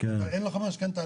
אין לך משכנתא,